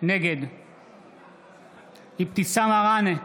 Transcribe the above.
נגד אבתיסאם מראענה,